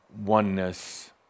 oneness